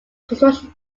construction